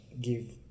give